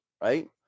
right